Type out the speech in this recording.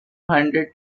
hundred